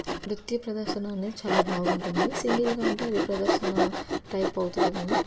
నృత్య ప్రదర్శన అనేది చాలా బాగుంటుంది సింగిల్గా అంటే అది ప్రదర్శన టైప్ అవుతుంది కానీ